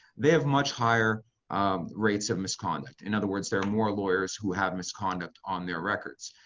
they have much higher rates of misconduct. in other words, there are more lawyers who have misconduct on their records.